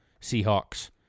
Seahawks